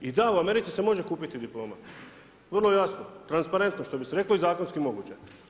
I da u Americi se može kupiti diploma, vrlo jasno, transparentno, što bi se reklo i zakonski moguće.